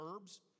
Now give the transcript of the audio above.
herbs